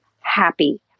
happy